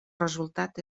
resultat